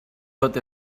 tot